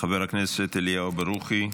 חבר הכנסת אליהו ברוכי,